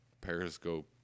Periscope